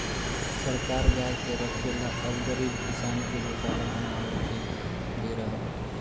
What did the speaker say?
सरकार गाय के रखे ला अब गरीब किसान के गोशाला बनवा के दे रहल